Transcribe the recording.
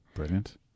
Brilliant